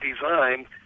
design